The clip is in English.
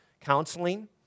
counseling